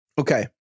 Okay